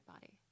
body